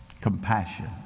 compassion